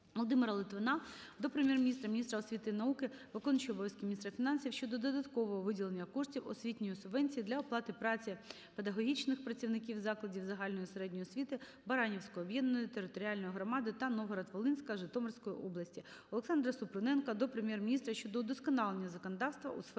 Володимира Литвина до Прем'єр-міністра, міністра освіти і науки, виконувача обов'язків міністра фінансів щодо додаткового виділення коштів освітньої субвенції для оплати праці педагогічних працівників закладів загальної середньої освіти Баранівської об’єднаної територіальної громади та Новограда-Волинська Житомирської області. Олександра Супруненка до Прем'єр-міністра щодо удосконалення законодавства у сфері